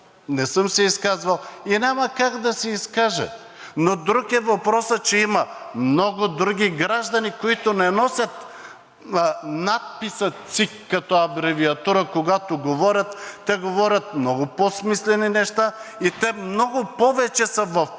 не съм се изказвал и няма как да се изкажа. Но друг е въпросът, че има много други граждани, които не носят надписа „ЦИК“, като абревиатура – когато говорят, те говорят много по-смислени неща и те много повече са в полза